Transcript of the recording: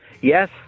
Yes